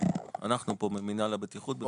אנחנו פה ממנהל הבטיחות ממשרד העובדה.